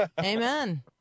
Amen